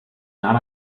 not